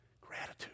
gratitude